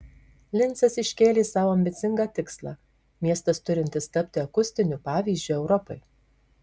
lincas iškėlė sau ambicingą tikslą miestas turintis tapti akustiniu pavyzdžiu europai